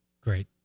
Great